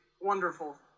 Wonderful